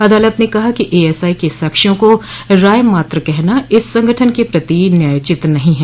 अदालत ने कहा कि एएसआई के साक्ष्यों को राय मात्र कहना इस संगठन के प्रति न्यायोचित नहीं है